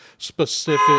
Specific